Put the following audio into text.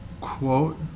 quote